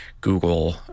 Google